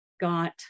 got